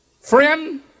friend